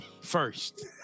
first